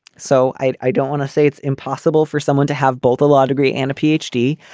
so i i don't want to say it's impossible for someone to have both a law degree and a p. h. d.